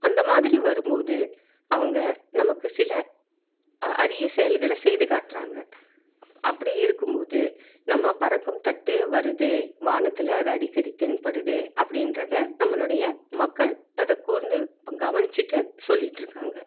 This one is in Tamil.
அந்த மாதிரி வரும் போது அவங்க நமக்கு சில அறிய செயல்களை செய்து காட்டுறாங்க அப்படி இருக்கும் போது நம்ம பறக்கும் தட்டு வருது வானத்தில் அது அடிக்கடி தென்படுது அப்படின்றத நம்மளுடைய மக்கள் அதை கூர்ந்து கவனிச்சிட்டு சொல்லிட்டுருக்காங்க